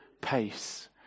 pace